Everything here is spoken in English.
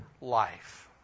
life